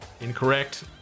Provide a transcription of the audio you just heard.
incorrect